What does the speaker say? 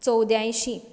चौद्यायशीं